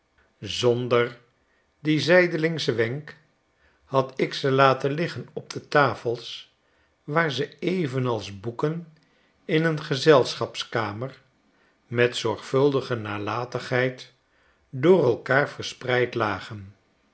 zonder dien zijdelingschen wenk had ik ze laten iggen op de tafels waar ze evenals boeken in een gezelschapskamer met zorgvuldige nalatigheid door elkaar verspreid lagen